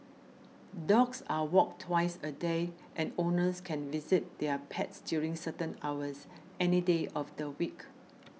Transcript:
dogs are walked twice a day and owners can visit their pets during certain hours any day of the week